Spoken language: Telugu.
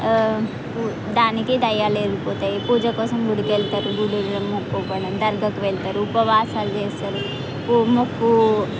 దానికి దయ్యాలు వెళ్ళి పోతాయి పూజకోసం గుడికి వెళ్తారు గుళ్ళో మొక్కుకొని దర్గాకి వెళ్తారు ఉపవాసాలు చేస్తారు మొక్కు